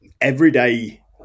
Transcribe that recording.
Everyday